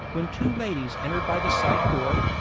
when two ladies entered by the side-door.